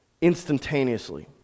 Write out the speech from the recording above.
instantaneously